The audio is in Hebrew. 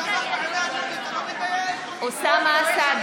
אינה נוכחת מאיר פרוש, בעד יסמין